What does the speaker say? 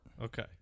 Okay